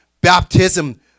Baptism